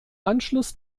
anschluss